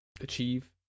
achieve